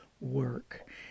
work